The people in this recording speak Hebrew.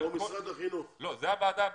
זה הוועד הבין-מוסדית.